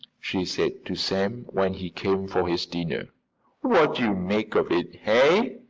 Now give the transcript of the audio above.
she said to sam, when he came for his dinner. wot yo' make of it, hey?